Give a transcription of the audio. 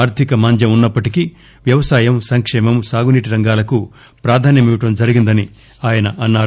ఆర్దిక మాంద్యం ఉన్న ప్పటికీ వ్యవసాయం సంకేమం సాగునీటి రంగాలకు ప్రాధాన్యమివ్వడం జరిగిందని ఆయన అన్నా రు